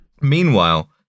Meanwhile